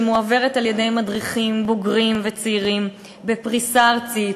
שמועברת על-ידי מדריכים בוגרים וצעירים בפריסה ארצית,